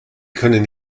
können